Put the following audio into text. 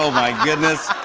so my goodness.